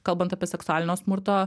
kalbant apie seksualinio smurto